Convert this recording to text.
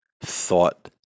Thought